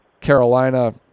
Carolina